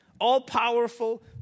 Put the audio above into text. all-powerful